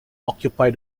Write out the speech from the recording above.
occupied